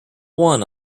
one